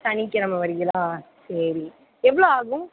சனிக்கெழம வரீங்களா சரி எவ்வளோ ஆகும்